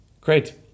Great